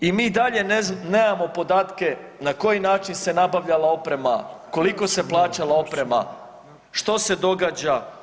I mi i dalje nemamo podatke na koji način se nabavljala oprema, koliko se plaćala oprema, što se događa.